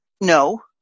No